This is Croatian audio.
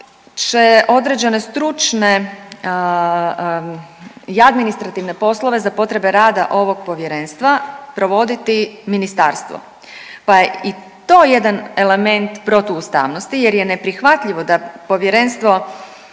će određene stručne i administrativne poslove za potrebe rada ovog povjerenstva provoditi ministarstvo, pa je i to jedan element protuustavnosti jer je neprihvatljivo da povjerenstvo